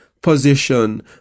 position